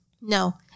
No